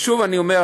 שוב אני אומר,